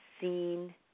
seen